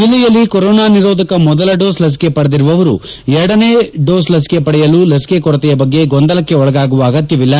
ಜಿಲ್ಲೆಯಲ್ಲಿ ಕೊರೊನಾ ನಿರೋಧಕ ಮೊದಲ ಡೋಸ್ ಲಸಿಕೆ ಪಡೆದಿರುವವರು ಎರಡನೇ ಲಸಿಕೆ ಪಡೆಯಲು ಲಸಿಕೆ ಕೊರತೆ ಬಗ್ಗೆ ಗೊಂದಲಕ್ಕೆ ಒಳಗಾಗುವ ಅಗತ್ಯ ಇಲ್ಲ